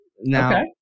Now